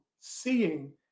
seeing